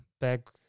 back